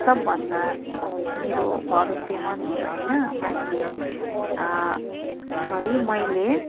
सबभन्दा मेरो भरोसेमन्द होइन माइली सरी मैले